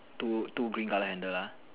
two two green colour handle ah